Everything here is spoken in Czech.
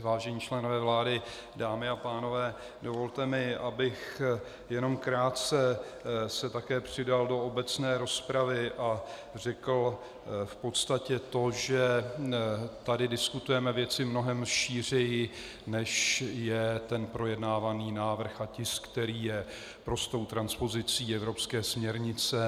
Vážení členové vlády, dámy a pánové, dovolte mi, abych jenom krátce se také přidal do obecné rozpravy a řekl v podstatě to, že tady diskutujeme věci mnohem šířeji, než je ten projednávaný návrh a tisk, který je prostou transpozici evropské směrnice.